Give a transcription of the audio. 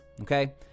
okay